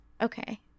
Okay